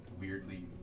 weirdly